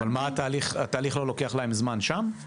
התהליך לא לוקח להם זמן שם?